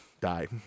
die